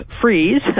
freeze